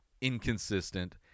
inconsistent